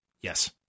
Yes